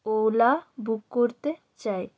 OLA book করতে চাই